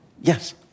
Yes